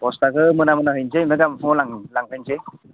बस्ताखौ मोना मोना हैनोसै ओमफ्राय गाबोन फुङाव लां लांखानोसै